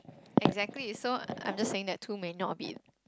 exactly so I'm just saying that two may not be